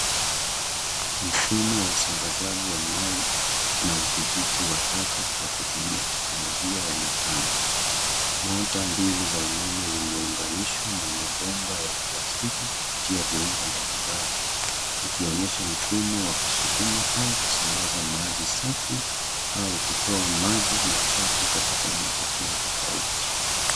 Mfumo wa usambazaji wa maji na udhibitii wa taka kwa kutumia teknolojia ya mitambo. Mota mbili za umeme zimeunganishwa na mabomba ya plastiki kupitia viungo mbalimbali zikionyesha mfumo wa kusukuma au kusambaza maji safi au kutoa maji machafu katika mwelekeo tofauti.